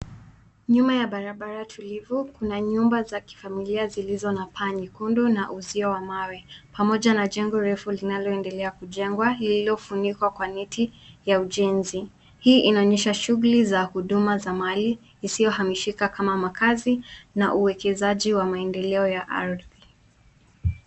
Nyuma ya barabara tulivu. Kuna nyumba za kifamilia zilizo na paa nyekundu na uzio wa mawe, pamoja na jengo refu linalo endelea kujengwa lililo funikwa kwa neti ya ujenzi. Hii inaonyesha shughuli za huduma za mali isiyo hamishika kama makazi na uekezaji wa maendeleo ya ardhi.